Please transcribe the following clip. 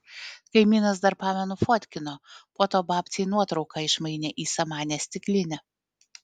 kaimynas dar pamenu fotkino po to babcei nuotrauką išmainė į samanės stiklinę